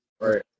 right